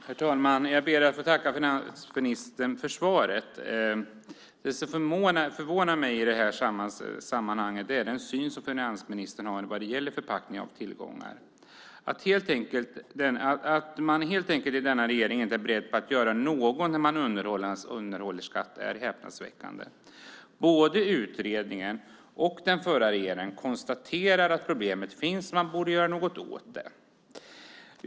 Herr talman! Jag ber att få tacka finansministern för svaret. Det som förvånar mig i sammanhanget är den syn som finansministern har vad gäller förpackning av tillgångar. Man är i denna regering helt enkelt inte beredd att göra något mot undanhållande av skatt. Det är häpnadsväckande. Både utredningen och den förra regeringen konstaterade att problemet finns och att man borde göra något åt det.